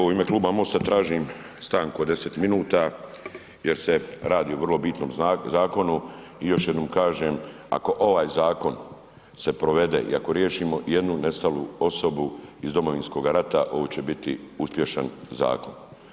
U ime Kluba MOST-a tražim stanku od 10 minuta jer se radi o vrlo bitnom zakonu i još jednom kažem ako ovaj zakon se provede i ako riješimo i jednu nestalu osobu iz Domovinskog rata ovo će biti uspješan zakon.